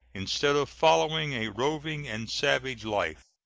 instead of following a roving and savage life.